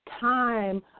time